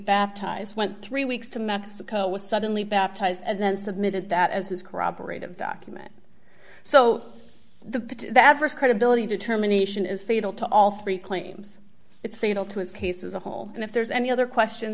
baptized when three weeks to mexico was suddenly baptized and then submitted that as is corroborated document so the adverse credibility determination is fatal to all three claims it's fatal to his case as a whole and if there's any other question